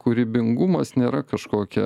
kūrybingumas nėra kažkokia